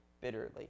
bitterly